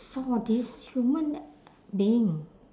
saw this human being